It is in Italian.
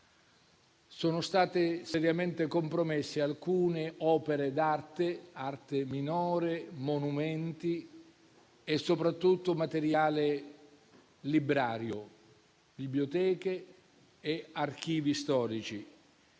sono state seriamente compromesse alcune opere d'arte, arte minore, monumenti e soprattutto materiale librario (biblioteche e archivi storici).